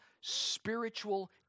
spiritual